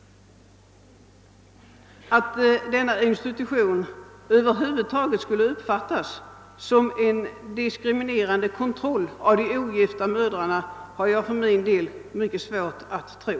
Att denna institution över huvud taget skulle uppfattas som en diskriminerande kontroll av de ogifta mödrarna har jag för min del mycket svårt att tro.